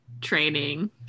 Training